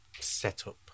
setup